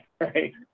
right